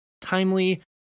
timely